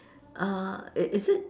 uh is is it